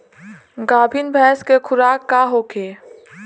गाभिन भैंस के खुराक का होखे?